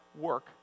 work